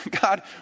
God